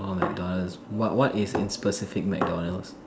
orh McDonald's what what is in specific McDonald's